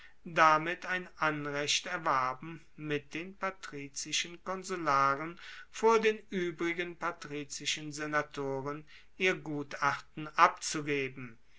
damit ein anrecht erwarben mit den patrizischen konsularen vor den uebrigen patrizischen senatoren ihr gutachten abzugeben